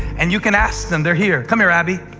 and you can ask them. they're here. come here, abbey.